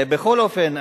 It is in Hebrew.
בכל אופן,